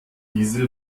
diese